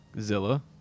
Zilla